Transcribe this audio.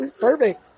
perfect